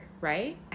right